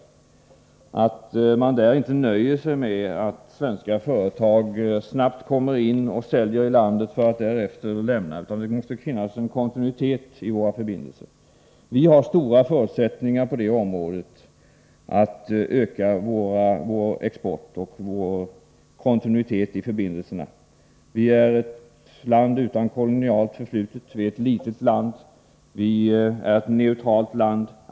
Tredje världen kaninte nöja sig med att svenska företag snabbt kommer in och säljer i landet för att därefter snabbt lämna det. Det måste finnas en kontinuitet i våra förbindelser. Vi har stora förutsättningar att öka vår export och vår kontinuitet i förbindelserna med dessa länder. Sverige är ett land utan kolonialt förflutet, Sverige är ett litet land, Sverige är ett neutralt land.